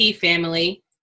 family